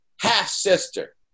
half-sister